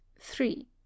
three